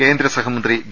കേന്ദ്രസഹമന്ത്രി വി